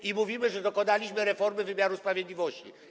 I mówimy, że dokonaliśmy reformy wymiaru sprawiedliwości.